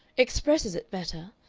expresses it better.